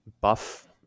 buff